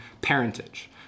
parentage